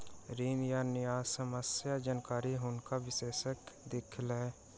ऋण आ न्यायसम्यक जानकारी हुनका विशेषज्ञ देलखिन